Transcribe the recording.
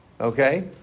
Okay